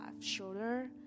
shoulder